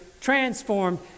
transformed